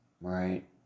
Right